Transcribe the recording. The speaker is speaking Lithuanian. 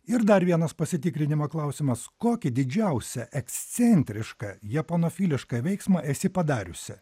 ir dar vienas pasitikrinimo klausimas kokį didžiausią ekscentrišką japonofilišką veiksmą esi padariusi